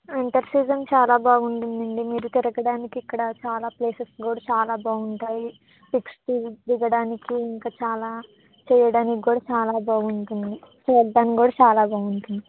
winter season చాలా బాగుంటుంది అండి మీరు తిరగడానికి ఇక్కడ చాలా ప్లేసెస్ కూడా చాలా బాగుంటాయి పిక్స్ దిగ దిగడానికి ఇంకా చాలా చెయ్యడానికి కూడా చాలా బాగుంటుంది చూడడానికి కూడా చాలా బావుంటుంది